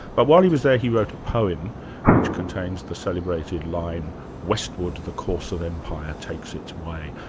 but while he was there, he wrote a poem which contains the celebrated line westward the course of empire takes its way,